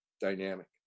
dynamic